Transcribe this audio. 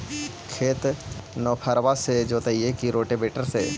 खेत नौफरबा से जोतइबै की रोटावेटर से?